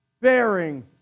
bearing